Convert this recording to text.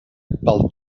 pel